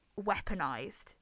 weaponized